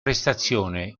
prestazione